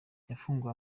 yafunguwe